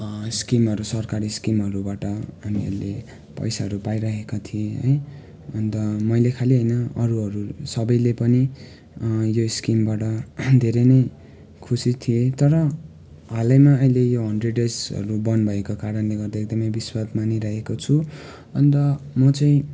स्किमहरू सरकारी स्किमहरूबाट हामीहरूले पैसाहरू पाइरहेका थियौँ है अन्त मैले खाली होइन अरूहरू सबैले पनि यो स्किमबाट धेरै नै खुसी थिए तर हालैमा अहिले यो हन्ड्रेड डेजहरू बन्द भएका कारणले गर्दा एकदमै विष्मात मानिरहेको छु अन्त म चाहिँ